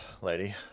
lady